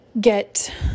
get